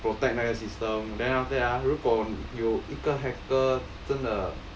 protect 那个 system then after that ah 如果有一个 hacker 真的